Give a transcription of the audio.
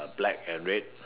uh black and red